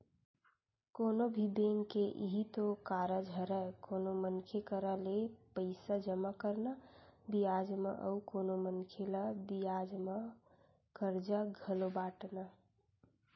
कोनो भी बेंक के इहीं तो कारज हरय कोनो मनखे करा ले पइसा जमा करना बियाज म अउ कोनो मनखे ल बियाज म करजा घलो बाटना